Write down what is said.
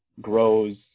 grows